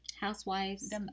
housewives